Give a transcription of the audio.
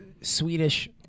Swedish